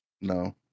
No